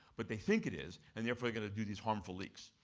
but they think it is, and therefore are going to do these harmful leaks.